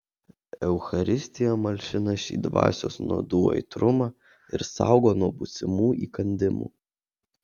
eucharistija malšina šį dvasios nuodų aitrumą ir saugo nuo būsimų įkandimų